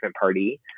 party